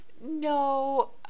no